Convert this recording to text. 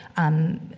um,